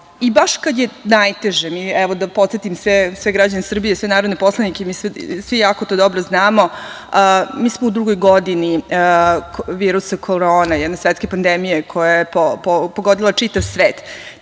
kada je najteže, da podsetim sve građane Srbije, sve narodne poslanike, svi to jako dobro znamo, mi smo u drugoj godini virusa korona, svetske pandemije koja je pogodila čitav svet,